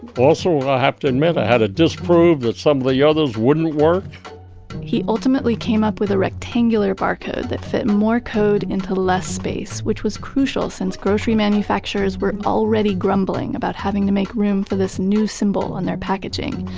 also, i have to admit, i had to disprove that some of the others wouldn't work he ultimately came up with a rectangular barcode that fit more code into less space which was crucial since grocery manufacturers were already grumbling about having to make room for this new symbol on their packaging,